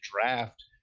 draft